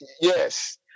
Yes